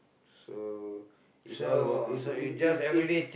so is all about is is is is